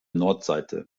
nordseite